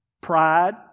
Pride